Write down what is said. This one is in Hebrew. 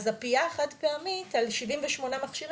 אז הפיה החד פעמית על 78 מכשירים,